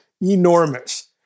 enormous